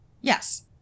yes